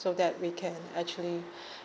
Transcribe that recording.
so that we can actually